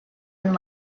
and